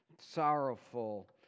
sorrowful